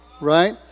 right